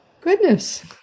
Goodness